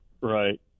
right